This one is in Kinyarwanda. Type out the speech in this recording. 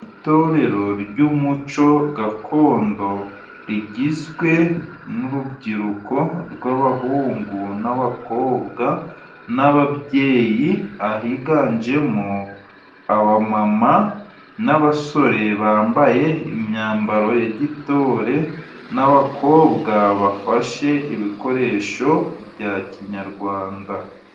Itorero ry'umuco gakondo rigizwe n'urubyiruko rw'abahungu, n'abakobwa, n'ababyeyi, ahiganjemo abamama, n'abasore bambaye imyambaro ya gitore, n'abakobwa bafashe ibikoresho bya kinyarwanda.